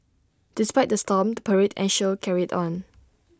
despite the storm the parade and show carried on